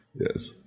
Yes